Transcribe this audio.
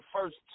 first